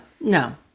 no